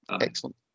excellent